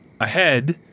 Ahead